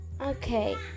Okay